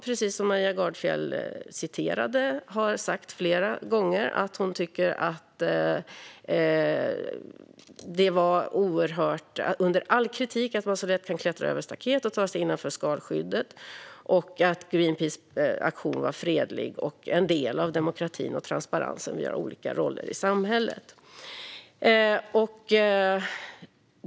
Precis som Maria Gardfjell citerade har hon flera gånger sagt att hon tycker att det var under all kritik att man så lätt kunde klättra över staketet och ta sig innanför skalskyddet och att Greenpeaces aktion var fredlig och en del av demokratin och transparensen via olika roller i samhället.